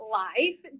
life